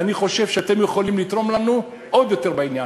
ואני חושב שאתם יכולים לתרום לנו עוד יותר בעניין,